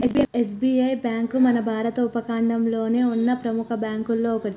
SBI bank మన భారత ఉపఖండంలోనే ఉన్న ప్రెముఖ బ్యేంకుల్లో ఒకటి